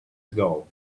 ago